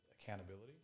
accountability